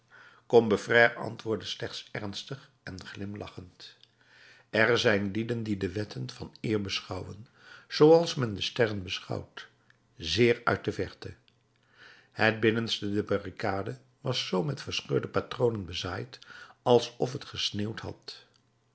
combeferre antwoordde slechts ernstig en glimlachend er zijn lieden die de wetten van eer beschouwen zooals men de sterren beschouwt zeer uit de verte het binnenste der barricade was zoo met verscheurde patronen bezaaid alsof het gesneeuwd had